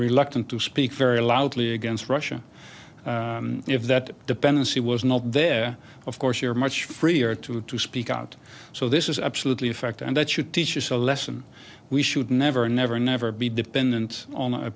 reluctant to speak very loudly against russia if that dependency was not there of course you're much freer to speak out so this is absolutely a fact and that you teach is a lesson we should never never never be dependent on a